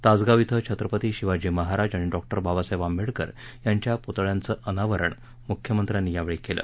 तासगाव क्षे छत्रपती शिवाजी महाराज आणि डॉक्टर बाबासाहेब आंबेडकर यांच्या पुतळ्यांचं अनावरण मुख्यमंत्र्यांनी यावेळी केलं